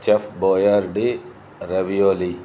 chef Boyardee ravioli